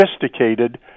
sophisticated